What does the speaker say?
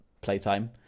playtime